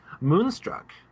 Moonstruck